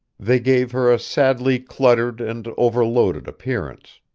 they gave her a sadly cluttered and overloaded appearance.